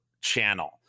channel